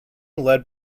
led